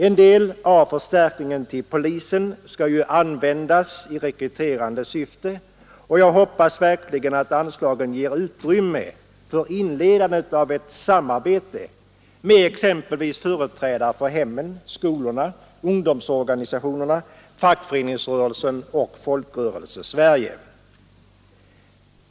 En del av förstärkningen till polisen skall ju användas i rekryterande syfte, och jag hoppas verkligen anslagen ger utrymme för inledandet av ett samarbete med exempelvis företrädare för hemmen, skolorna, ungdomsorganisationerna, fackföreningarna och Folkrörelsesverige.